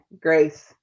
grace